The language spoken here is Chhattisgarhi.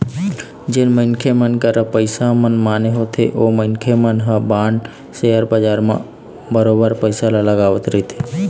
जेन मनखे मन करा पइसा मनमाने होथे ओ मनखे मन ह बांड, सेयर बजार असन म बरोबर पइसा ल लगावत रहिथे